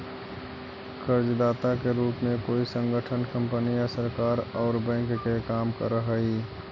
कर्जदाता के रूप में कोई संगठन कंपनी या सरकार औउर बैंक के काम करऽ हई